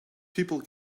people